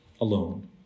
alone